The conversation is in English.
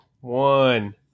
one